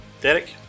Derek